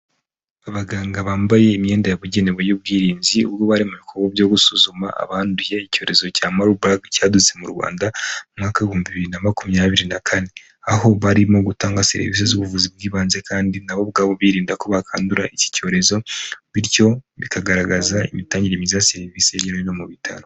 Abaganga bambaye imyenda yabugenewe y'ubwirinzi ubwo bari mu bikorwa byo gusuzuma abanduye icyorezo cya marbag cyadutse m'u Rwanda, umwaka w'ibihumbi bibiri na makumyabiri na kane, aho barimo gutanga serivisi z'ubuvuzi bw'ibanze kandi nabo ubwabo birinda ko bakwandura iki cyorezo, bityo bikagaragaza imitangire myiza ya serivisi iri no mu bitaro.